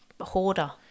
hoarder